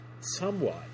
somewhat